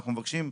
ואנחנו מבקשים,